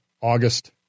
August